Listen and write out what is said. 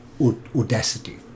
audacity